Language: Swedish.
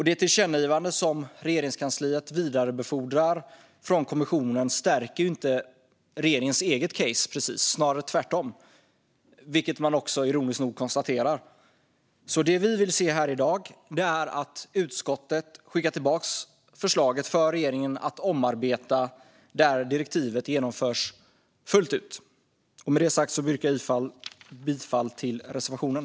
Det tillkännagivande från kommissionen som Regeringskansliet vidarebefordrar stärker ju inte precis regeringens eget case utan snarare tvärtom, vilket man också, ironiskt nog, konstaterar. Det vi vill se här i dag är att utskottet skickar tillbaka förslaget och att regeringen omarbetar det så att direktivet genomförs fullt ut. Jag yrkar bifall till reservationen.